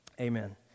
Amen